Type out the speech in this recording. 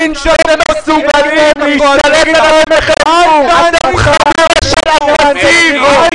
תן לו לסיים לדבר ואז ניתן לך גם לדבר.